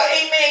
amen